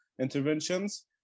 interventions